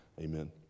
amen